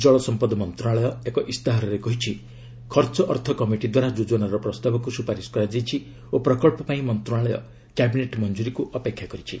ଜଳସମ୍ପଦ ମନ୍ତ୍ରଣାଳୟ ଏକ ଇସ୍ତାହାରରେ କହିଛି ଖର୍ଚ୍ଚ ଅର୍ଥ କମିଟିଦ୍ୱାରା ଯୋଜନାର ପ୍ରସ୍ତାବକୁ ସୁପାରିସ କରାଯାଇଛି ଓ ପ୍ରକଳ୍ପପାଇଁ ମନ୍ତ୍ରଣାଳୟ କ୍ୟାବିନେଟ୍ ମଞ୍ଜୁରିକୁ ଅପେକ୍ଷା କରିଛି